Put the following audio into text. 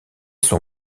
son